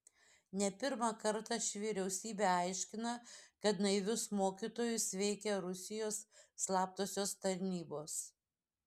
ne pirmą kartą ši vyriausybė aiškina kad naivius mokytojus veikia rusijos slaptosios tarnybos